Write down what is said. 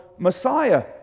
Messiah